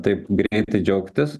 taip greitai džiaugtis